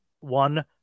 one